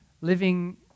living